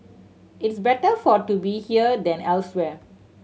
it's better for to be here than elsewhere